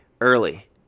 Early